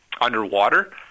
underwater